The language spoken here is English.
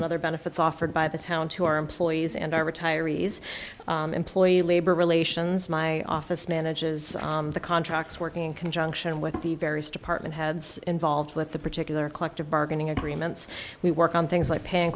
and other benefits offered by the town to our employees and our retirees employee labor relations my office manages the contracts working in conjunction with the various department heads involved with the particular collective bargaining agreements we work on things like paying